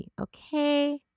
Okay